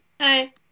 Hi